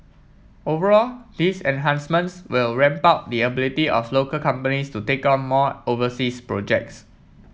overall these enhancements will ramp up the ability of local companies to take on more overseas projects